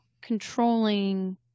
controlling